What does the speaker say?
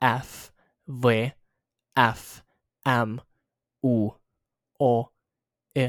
fvfm ūoiy